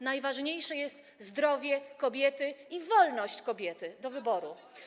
Najważniejsze jest zdrowie kobiety i wolność kobiety co do wyboru.